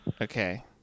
okay